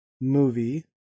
movie